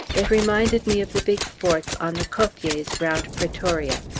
it reminded me of the big forts on the kopjes round pretoria.